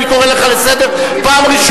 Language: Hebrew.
אני לא מסכים, אני קורא אותך לסדר פעם ראשונה.